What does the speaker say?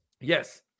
Yes